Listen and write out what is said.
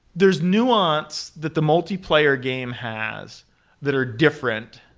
there's nuanced that the multiplayer game has that are different.